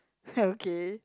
okay